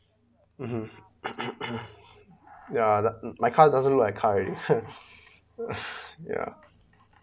mmhmm ya the my car doesn't look like car already ya